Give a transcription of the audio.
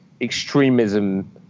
extremism